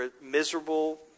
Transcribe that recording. miserable